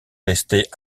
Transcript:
restée